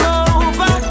over